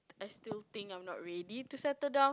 I still think I'm not ready to settle down